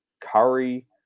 Curry